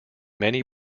many